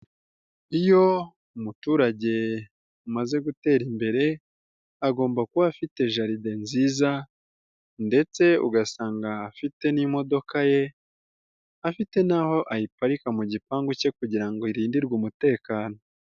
Iyo umuturage amaze gutera imbere agomba kuba afite jalide nziza ndetse ugasanga afite n'imodoka ye, afite naho ayiparika mu gipangu cye kugira ngo irindirwe umutekano.